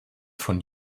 von